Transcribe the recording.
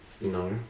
No